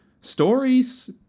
stories